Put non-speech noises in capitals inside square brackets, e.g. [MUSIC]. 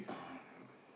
[COUGHS]